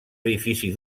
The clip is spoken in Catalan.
edifici